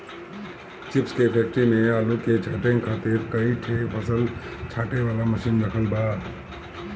chips के factory में आलू के छांटे खातिर कई ठे फसल छांटे वाला मशीन रखल बा